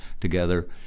together